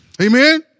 Amen